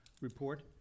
report